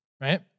right